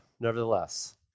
Nevertheless